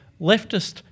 leftist